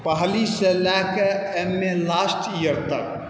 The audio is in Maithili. पहलीसँ लऽ कऽ एम ए लास्ट इयर तक